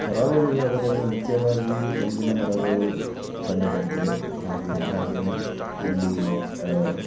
ಕರಾವಳಿ ಭಾಗದಲ್ಲಿ ಮುಖ್ಯವಾಗಿ ತೆಂಗಿನ ಮರಗಳು ಕಂಡುಬರ್ತದೆ ಹಾಗೆ ಹಾಗೆನೆ ಇಲ್ಲಿ